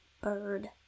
bird